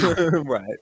right